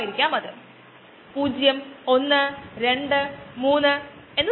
എന്താണ് അതുകൊണ്ട് ഞാൻ ഉദേശിച്ചത് നമ്മൾ ഒരു ബാച്ചിൽ ആകും തുടങ്ങുന്നത്